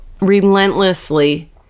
relentlessly